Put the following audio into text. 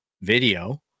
video